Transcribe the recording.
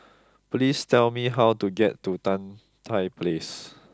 please tell me how to get to Tan Tye Place